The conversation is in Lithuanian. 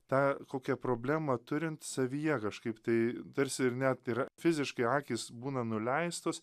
tą kokią problemą turint savyje kažkaip tai tarsi ir net yra fiziškai akys būna nuleistos